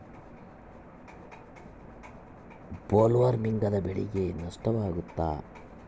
ಬೊಲ್ವರ್ಮ್ನಿಂದ ಬೆಳೆಗೆ ನಷ್ಟವಾಗುತ್ತ?